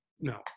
no